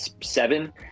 seven